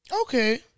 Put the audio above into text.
Okay